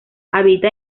habita